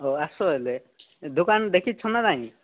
ହଉ ଆସ ହେଲେ ଦୋକାନ ଦେଖିଛ ନା ନାହିଁ